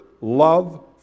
love